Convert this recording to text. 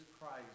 Christ